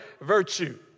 virtue